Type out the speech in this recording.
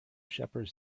shepherds